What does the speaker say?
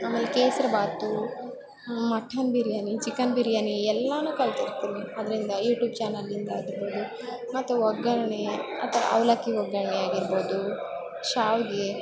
ಆಮೇಲೆ ಕೇಸ್ರಿಬಾತು mutton biryani chicken biryani ಎಲ್ಲಾ ಕಲ್ತಿರ್ತೀನಿ ಅದ್ರಿಂದ ಯೂಟ್ಯೂಬ್ ಚಾನಲಿಂದ ಆಗಿರ್ಬೋದು ಮತ್ತು ಒಗ್ಗರಣೆ ಆ ಥರ ಅವಲಕ್ಕಿ ಒಗ್ಗರಣೇ ಆಗಿರ್ಬೋದು ಶಾವಿಗೆ